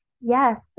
Yes